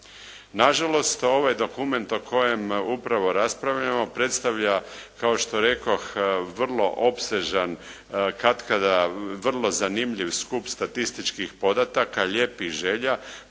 Nažalost, ovaj dokument o kojem upravo raspravljamo predstavlja, kao što rekoh vrlo opsežan, katkada vrlo zanimljiv skup statističkih podataka, lijepih želja,